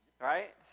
Right